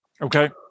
Okay